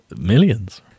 Millions